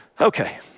Okay